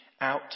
out